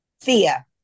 thea